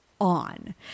on